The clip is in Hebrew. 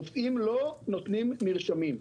רופאים לא נותנים מרשמים.